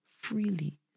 freely